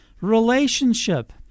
relationship